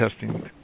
testing